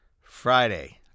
Friday